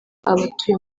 abatuye